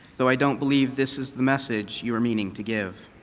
though i don't believe this is the message you are meaning to give.